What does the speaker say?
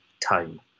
time